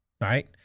right